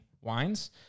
wines